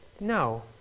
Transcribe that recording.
no